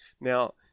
Now